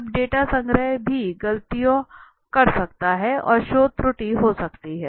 अब डेटा संग्रह में भी गलतियाँ कर सकता है और शोध त्रुटि हो सकती है